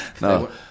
No